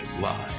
live